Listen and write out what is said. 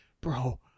Bro